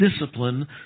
discipline